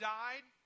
died